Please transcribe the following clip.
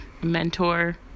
mentor